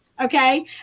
Okay